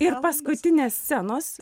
ir paskutinės scenos